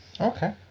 Okay